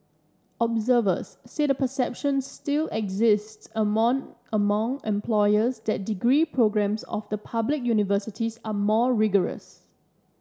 observers said a perception still exists among among employers that degree programmes of the public universities are more rigorous